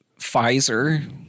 Pfizer